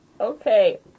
Okay